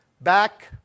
back